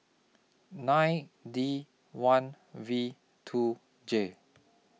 nine D one V two J